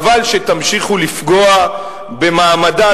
חבל שתמשיכו לפגוע במעמדה,